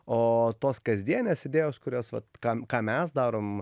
o tos kasdienės idėjos kurios vat kam ką mes darom